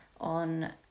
on